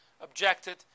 objected